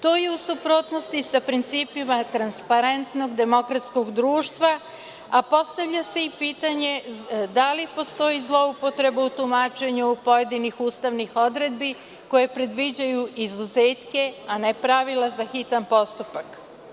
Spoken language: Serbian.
To je u suprotnosti sa principima transparentnog demokratskog društva, a postavlja se i pitanje da li postoji zloupotreba u tumačenju pojedinih ustavnih odredbi koje predviđaju izuzetke a ne pravila za hitan postupak.